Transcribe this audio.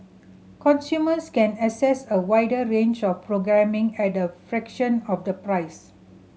consumers can access a wider range of programming at a fraction of the price